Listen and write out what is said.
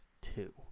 two